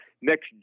next